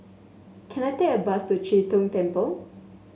can I take a bus to Chee Tong Temple